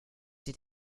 did